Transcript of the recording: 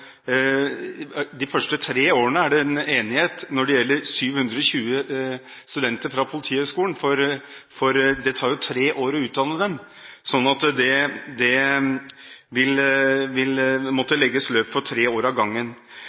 de tre første årene når det gjelder 720 studenter fra Politihøgskolen, for det tar jo tre år å utdanne dem, og det vil måtte legges løp for tre år av gangen.